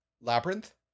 Labyrinth